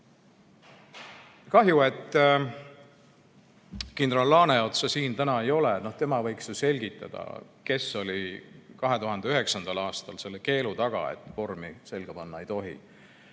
Kahju, et kindral Laaneotsa siin täna ei ole. Tema võiks selgitada, kes oli 2009. aastal selle keelu taga, et vormi selga panna ei tohi.